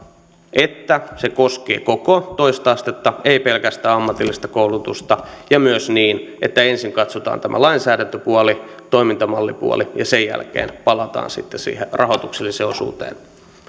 että se koskee koko toista astetta ei pelkästään ammatillista koulutusta ja myös niin että ensin katsotaan tämä lainsäädäntöpuoli toimintamallipuoli ja sen jälkeen palataan sitten siihen rahoitukselliseen osuuteen